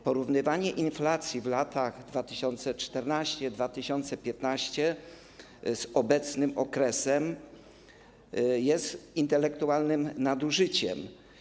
Porównywanie inflacji w latach 2014-2015 z obecnym okresem jest intelektualnym nadużyciem.